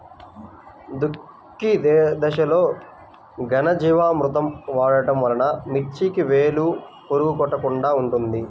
దుక్కి దశలో ఘనజీవామృతం వాడటం వలన మిర్చికి వేలు పురుగు కొట్టకుండా ఉంటుంది?